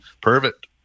perfect